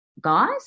guys